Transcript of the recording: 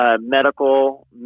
medical